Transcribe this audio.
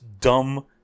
dumb